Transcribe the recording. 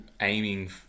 aiming